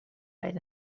right